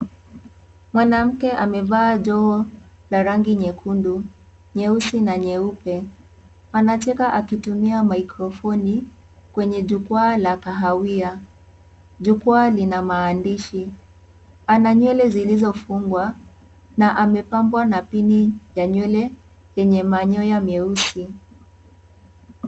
Mwanamke amevaa joho ya rangi nyekundu, nyeusi na nyeupe. Wanacheka akitumia (CS)mikrophoni(CS )kwenye jukwaa la kahawia ,jukwaa Lina maandishi ,ana nywele zilizofungwa na amepakwa na Pini ya nywele yenye manyoa meusi.